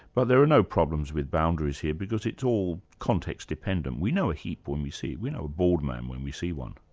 but there are no problems with boundaries here, because it's all context dependent. we know a heap when we see it, we know a bald man when we see one.